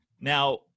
Now